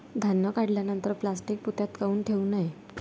धान्य काढल्यानंतर प्लॅस्टीक पोत्यात काऊन ठेवू नये?